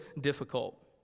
difficult